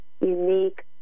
unique